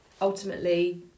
ultimately